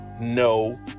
No